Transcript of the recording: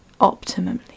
optimally